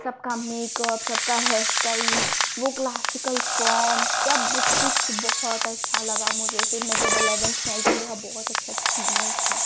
सबका मेक़अप सबका हेयरस्टाइल वह क्लासिकल फ़ॉर्म्स सबकुछ बहुत अच्छा लगा मुझे फिर जब मैं एलेवेन्थ में आई तो मेरा बहुत अच्छा एक्सपीरिएन्स था